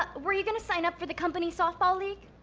were you gonna sign up for the company softball league?